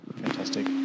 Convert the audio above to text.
Fantastic